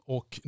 Och